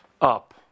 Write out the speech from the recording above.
up